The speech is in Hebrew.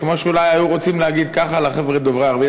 כמו שאולי היו רוצים להגיד לחבר'ה דוברי הערבית.